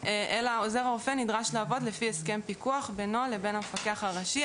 אלא שעוזר הרופא יידרש לעבוד לפי הסכם פיקוח בינו לבין המפקח הראשי.